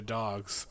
dogs